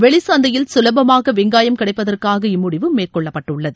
வெளிச்சந்தையில் கலபமாக வெங்காயம் கிடைப்பதற்காக இம்முடிவு மேற்கொள்ளப்பட்டுள்ளது